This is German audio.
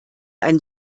ein